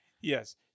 Yes